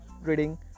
reading